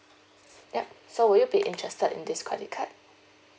yup so will you be interested in this credit card